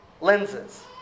lenses